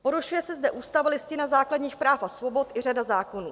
Porušuje se zde ústava a Listina základních práv a svobod i řada zákonů.